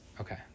Okay